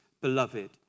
beloved